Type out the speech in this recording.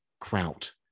Kraut